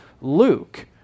Luke